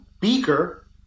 beaker